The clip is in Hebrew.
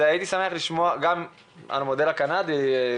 הייתי שמח לשמוע על המודל הקנדי,